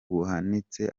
buhanitse